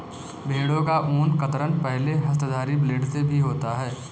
भेड़ों का ऊन कतरन पहले हस्तधारी ब्लेड से भी होता है